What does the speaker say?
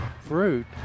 fruit